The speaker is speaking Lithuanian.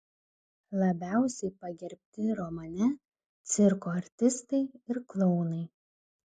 labiausiai pagerbti romane cirko artistai ir klounai